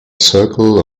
circle